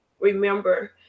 remember